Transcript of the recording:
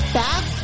back